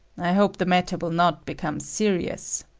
i hope the matter will not become serious.